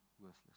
worthless